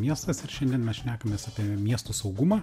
miestas ir šiandien mes šnekamės apie miestų saugumą